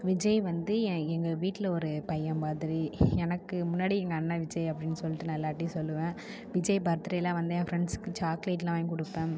விஜய் வந்து எங்கள் வீட்டில் ஒரு பையன் மாதிரி எனக்கு முன்னாடி எங்கள் அண்ணன் விஜய் அப்படின்னு சொல்லிவிட்டு நான் எல்லார்ட்டையும் சொல்லுவேன் விஜய் பர்த்டேலாம் வந்தா என் ஃபிரென்ட்ஸ்க்கு சாக்லேட்லாம் வாங்கி கொடுப்பேன்